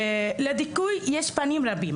לדיכוי יש פנים רבים.